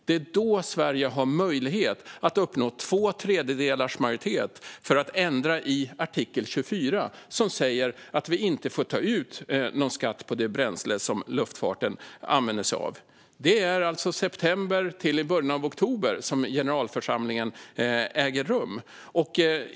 Det är då Sverige har möjlighet att uppnå två tredjedelars majoritet för att ändra i artikel 24 som säger att vi inte får ta ut någon skatt på det bränsle som luftfarten använder sig av. Det är alltså i september och början av oktober som mötet i generalförsamlingen äger rum.